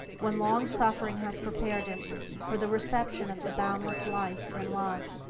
when long suffering has prepared it for the reception of the boundless light and love.